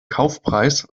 kaufpreis